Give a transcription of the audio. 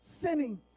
sinning